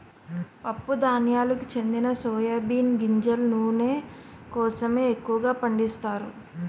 పప్పు ధాన్యాలకు చెందిన సోయా బీన్ గింజల నూనె కోసమే ఎక్కువగా పండిస్తారు